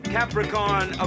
Capricorn